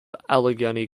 allegany